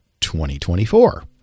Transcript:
2024